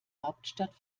hauptstadt